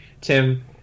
Tim